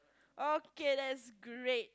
okay that's great